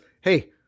hey